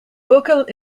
buckle